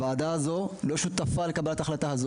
לא שותפה לקבלת ההחלטה.